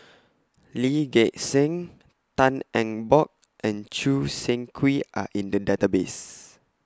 Lee Gek Seng Tan Eng Bock and Choo Seng Quee Are in The Database